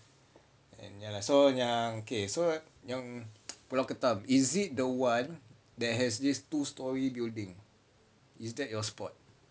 and ya lah so yang okay so yang pulau ketam is it the one that has this two storey building is that your spot